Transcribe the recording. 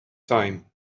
time